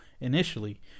initially